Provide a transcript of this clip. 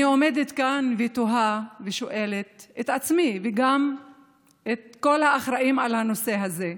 אני עומדת כאן ותוהה ושואלת את עצמי וגם את כל האחראים על הנושא הזה: